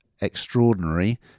Extraordinary